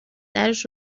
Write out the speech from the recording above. درش